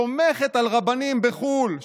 סומכת על רבנים בחו"ל,